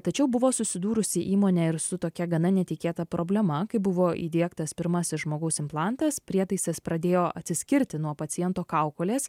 tačiau buvo susidūrusi įmonė ir su tokia gana netikėta problema kai buvo įdiegtas pirmasis žmogaus implantas prietaisas pradėjo atsiskirti nuo paciento kaukolės